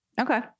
Okay